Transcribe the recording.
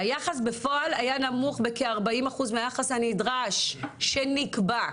"היחס בפועל היה נמוך בכ-40% מהיחס הנדרש שנקבע.